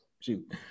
Shoot